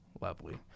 lovely